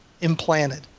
implanted